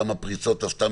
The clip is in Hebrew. כמה פריצות עשתה